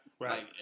right